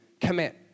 Commit